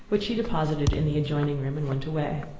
which she deposited in the adjoining room, and went away.